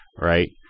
right